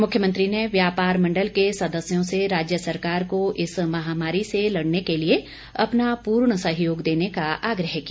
मुख्यमंत्री ने व्यापार मंडल के सदस्यों से राज्य सरकार को इस महामारी से लड़ने के लिए अपना पूर्ण सहयोग देने का आग्रह किया